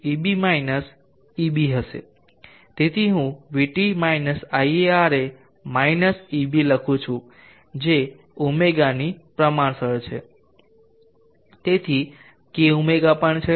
તેથી હું vt - ia Ra minus eb લખુ છું જે ɷ ની પ્રમાણસર છે તેથી K ɷ પણ છે